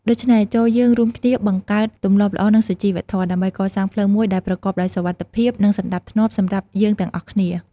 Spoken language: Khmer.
ដូច្នេះ ចូរយើងរួមគ្នាបង្កើតទម្លាប់ល្អនិងសុជីវធម៌ ដើម្បីកសាងផ្លូវមួយដែលប្រកបដោយសុវត្ថិភាពនិងសណ្តាប់ធ្នាប់សម្រាប់យើងទាំងអស់គ្នា។